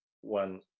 one